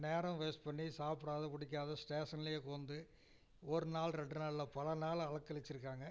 நேரம் வேஸ்ட் பண்ணி சாப்பிடாத புடிக்காத ஸ்டேஷன்லேயே உக்கார்ந்து ஒரு நாள் ரெண்டு நாள் இல்லை பல நாள் அலைக்கலிச்சிருக்காங்க